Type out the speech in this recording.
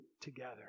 together